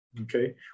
Okay